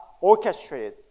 orchestrated